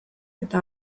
eta